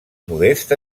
modests